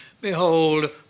behold